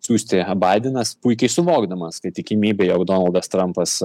siųsti baidenas puikiai suvokdamas kad tikimybė jog donaldas trampas